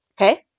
Okay